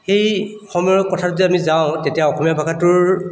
সেই সময়ৰ কথাটোলৈ যদি আমি যাওঁ তেতিয়া অসমীয়া ভাষাটোৰ